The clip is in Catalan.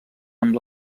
amb